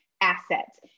assets